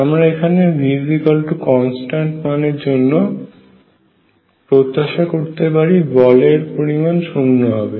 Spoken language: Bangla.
আমরা এখানে Vconstant মানের জন্য প্রত্যাশা করতে পারি বলের পরিমাণ শূন্য হবে